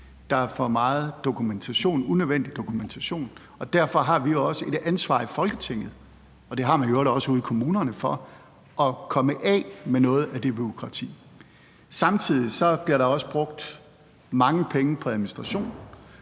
der er for meget unødvendig dokumentation. Og derfor har vi også et ansvar i Folketinget – og det har man i øvrigt også ude i kommunerne – for at komme af med noget af det bureaukrati. Samtidig bliver der også brugt mange penge på administration.